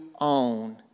own